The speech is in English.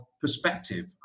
perspective